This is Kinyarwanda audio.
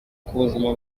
kubuzima